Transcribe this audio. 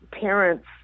parents